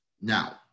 Now